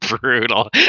brutal